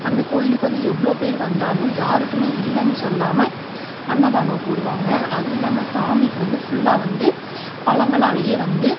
அந்த கோயிலுக்கு வந்து எவ்வளோ பேர் வந்தாலும் யாருக்குமே இல்லைனு சொல்லாமல் அன்னதானம் போடுவாங்க அதுவும் இல்லாமல் சாமிக்கு வந்து ஃபுல்லாக வந்து பழங்களாலேயே வந்து